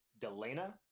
Delana